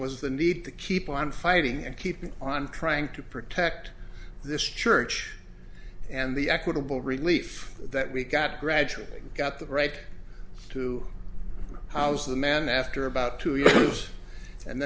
was the need to keep on fighting and keep on trying to protect this church and the equitable relief that we got gradually got the right to house the man after about two years and